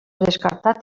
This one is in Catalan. descartat